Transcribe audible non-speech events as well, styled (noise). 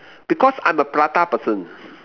because I'm a prata person (noise)